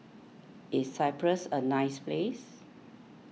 is Cyprus a nice place